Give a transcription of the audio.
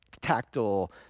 tactile